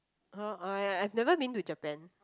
!huh! I I've never been to Japan